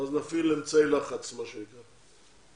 נפעיל מה שנקרא אמצעי לחץ.